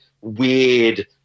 weird